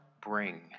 Bring